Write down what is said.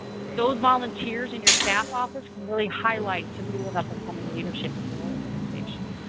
those volunteers in your staff office can really highlight some new and upcoming leadership in your organization.